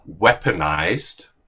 weaponized